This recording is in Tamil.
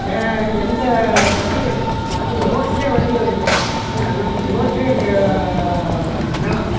வேற எந்த டிரபிளும் கடையாது நமக்கு ரோட்லேயே வண்டி வருது என்ன நம்மது ரோட்லேயே இருக்குது நிலம்